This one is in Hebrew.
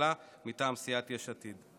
הממשלה מטעם סיעת יש עתיד.